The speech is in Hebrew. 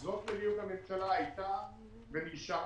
זו מדיניות הממשלה הייתה ונשארה,